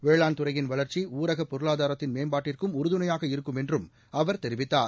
வேளாண்துறையின் வளர்ச்சி ஊரக பொருளாதாரத்தின் மேம்பாட்டிற்கும் உறுதுணையாக இருக்கும் என்றும் அவர் தெரிவித்தார்